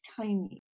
tiny